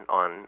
on